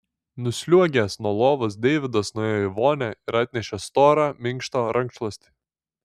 nusliuogęs nuo lovos deividas nuėjo į vonią ir atnešė storą minkštą rankšluostį